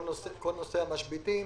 כל נושא המשביתים,